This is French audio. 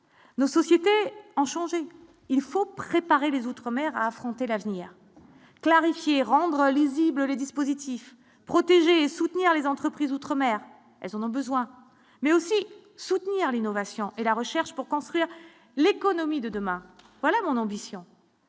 nos sociétés en changer, il faut préparer les Outre-mer à affronter l'avenir, clarifier, rendre lisible les dispositifs protéger et soutenir les entreprises outre-mer, elles en ont besoin mais aussi soutenir l'innovation et la recherche pour construire l'économie de demain, voilà mon ambition.